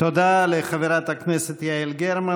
תודה לחברת הכנסת יעל גרמן.